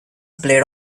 played